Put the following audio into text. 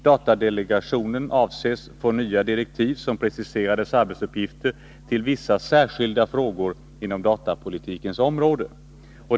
Datadelegationen avses få nya direktiv, som preciserar dess arbetsuppgifter till vissa särskilda frågor inom datapolitikens område.